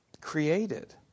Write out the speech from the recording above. created